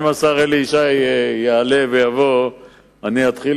עד שהשר אלי ישי יעלה ויבוא אני אתחיל